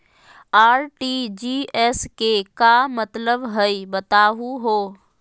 RTGS के का मतलब हई, बताहु हो?